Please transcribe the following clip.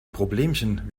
problemchen